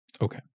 Okay